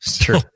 true